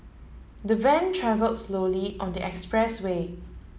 the van travelled slowly on the expressway